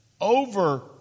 over